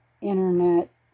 internet